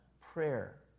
prayer